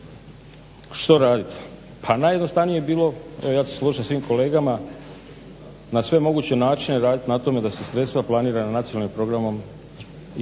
Što radit? Pa najjednostavnije je bilo, evo ja ću se složit sa svim kolegama, na sve moguće načine raditi na tome da se sredstva planirana nacionalnim programom, dakle